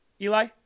Eli